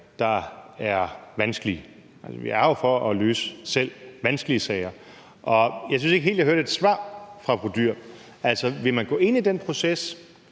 der er vanskelige. Vi er her jo for at løse selv vanskelige sager. Jeg synes ikke helt, at jeg hørte et svar fra fru Pia Olsen Dyhr. Vil man gå ind i den proces?